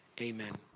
Amen